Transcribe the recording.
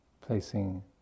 Placing